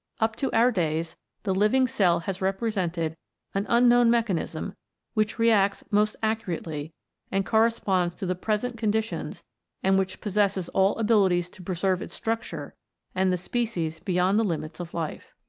up to our days the living cell has represented an unknown mechanism which reacts most accurately and corresponds to the present conditions and which possesses all abilities to preserve its structure and the species beyond the limits of life.